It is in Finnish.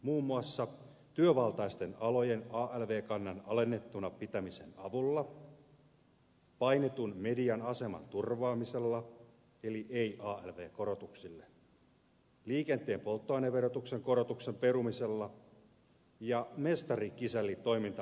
muun muassa työvaltaisten alojen alv kannan alennettuna pitämisen avulla painetun median aseman turvaamisella eli ei alv korotuksille liikenteen polttoaineverotuksen korotuksen perumisella ja mestarikisälli toimintamallin avulla